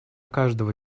каждого